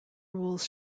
rules